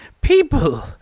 people